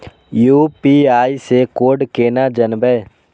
UPI से code केना जानवै?